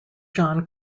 john